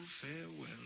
Farewell